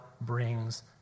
brings